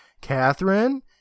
Catherine